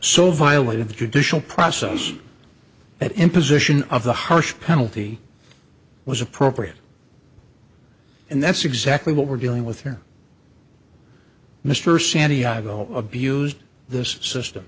so violated the judicial process that imposition of the harsh penalty was appropriate and that's exactly what we're dealing with here mr santiago abused the system